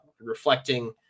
reflecting